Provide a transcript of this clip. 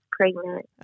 pregnant